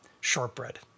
shortbread